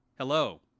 Hello